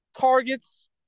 targets